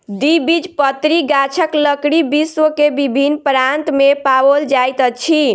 द्विबीजपत्री गाछक लकड़ी विश्व के विभिन्न प्रान्त में पाओल जाइत अछि